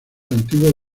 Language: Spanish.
antiguos